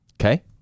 Okay